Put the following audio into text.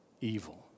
evil